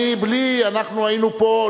אנחנו היינו פה,